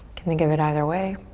can think of it either way.